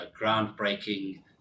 groundbreaking